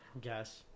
Guess